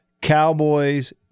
Cowboys